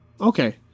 Okay